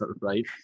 Right